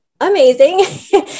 amazing